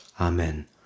Amen